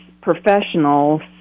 professionals